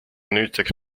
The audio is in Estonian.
nüüdseks